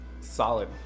Solid